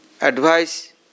advice